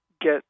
get